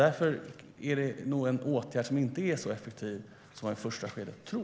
Därför är nog åtgärden inte så effektiv som man i första skedet tror.